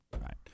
right